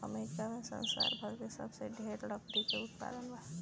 America में संसार भर में सबसे ढेर लकड़ी के उत्पादन बा